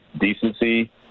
decency